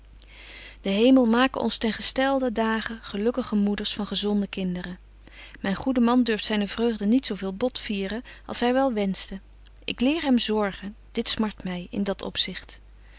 de hemel make ons ten gestelden dage gelukkige moeders van gezonde kinderen myn goede man durft zyne vreugde niet zo veel bot vieren als hy wel wenschte ik leer hem zorgen dit smart my in dit opzicht